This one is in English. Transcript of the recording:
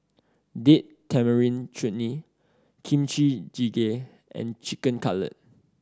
Date Tamarind Chutney Kimchi Jjigae and Chicken Cutlet